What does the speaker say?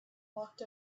walked